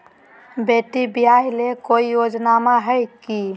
बेटी ब्याह ले कोई योजनमा हय की?